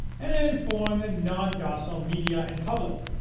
and informed and non-docile media and public.